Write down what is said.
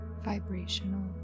vibrational